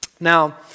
Now